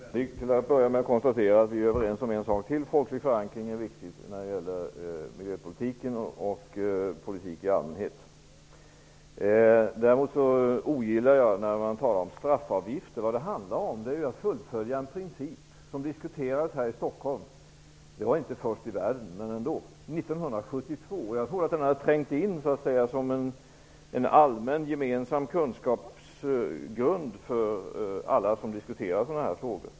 Herr talman! Jag skall till att börja med vänligt konstatera att vi är överens om en sak till, nämligen att folklig förankring är viktig när det gäller miljöpolitiken och politik i allmänhet. Däremot ogillar jag när man talar om straffavgifter. Det handlar om att fullfölja en princip som diskuterades här i Stockholm 1972. Det var inte första gången i världen, men ändå. Jag trodde att det hade trängt in som en allmän, gemensam kunskapsgrund för alla som diskuterar sådana här frågor.